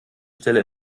stelle